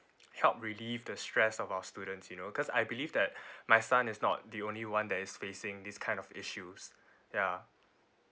help relieve the stress of our students you know cause I believe that my son is not the only one that is facing these kind of issues ya